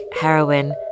heroin